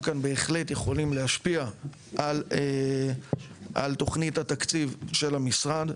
כאן בהחלט יכולים להשפיע על תכנית התקציב של המשרד.